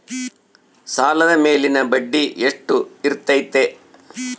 ಸಾಲದ ಮೇಲಿನ ಬಡ್ಡಿ ಎಷ್ಟು ಇರ್ತೈತೆ?